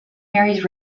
marys